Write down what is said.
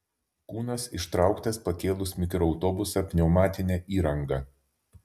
kūnas ištrauktas pakėlus mikroautobusą pneumatine įranga